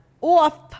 off